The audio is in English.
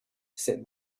said